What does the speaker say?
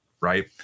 right